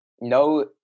No